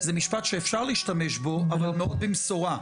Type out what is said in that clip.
זה משפט שאפשר להשתמש בו אבל מאוד במשורה.